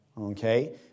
Okay